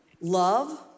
love